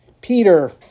Peter